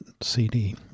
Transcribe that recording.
CD